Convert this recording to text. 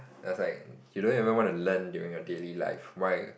I was like you don't even want to learn during your daily life why